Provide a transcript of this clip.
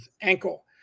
ankle